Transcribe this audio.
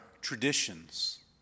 traditions